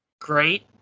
Great